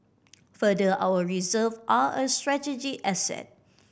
further our reserve are a strategic asset